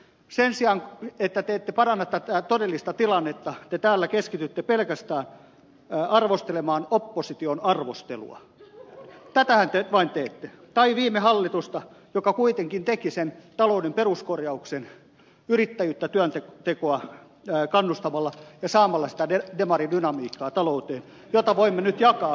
sen sijaan että parantaisitte tätä todellista tilannetta te täällä keskitytte pelkästään arvostelemaan opposition arvostelua tätähän te vain teette tai viime hallitusta joka kuitenkin teki sen talouden peruskorjauksen yrittäjyyttä ja työntekoa kannustamalla ja saamalla sitä demaridynamiikkaa talouteen jota voimme nyt jakaa hyvinvointina